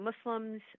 Muslims